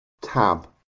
Tab